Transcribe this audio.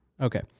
Okay